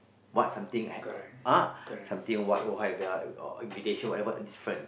what something hap~ uh something what why have a invitation whatever it's different